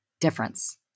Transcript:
difference